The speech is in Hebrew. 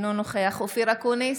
אינו נוכח אופיר אקוניס,